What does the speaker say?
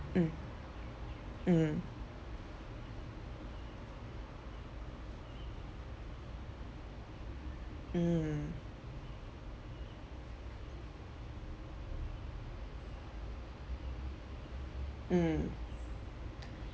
mm mm mm mm